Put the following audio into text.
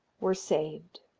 were saved.